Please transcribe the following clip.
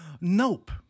Nope